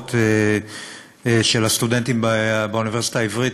סוערות של הסטודנטים באוניברסיטה העברית,